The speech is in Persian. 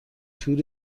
تور